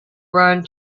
run